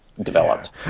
developed